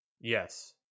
yes